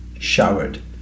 showered